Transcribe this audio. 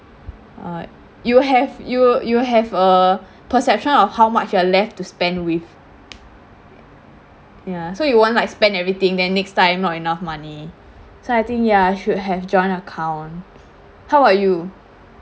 uh you'll have you'll you'll have a perception of how much you left to spend with yeah so you won't like spend everything then next time not enough money so I think yeah should have joint account how about you